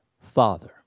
father